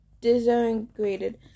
disintegrated